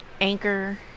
anchor